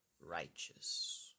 righteous